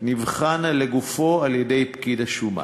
נבחן לגופו על-ידי פקיד השומה.